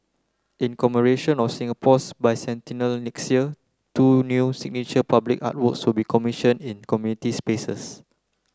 in commemoration of Singapore's Bicentennial next year two new signature public artworks so be commissioned in community spaces